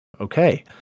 okay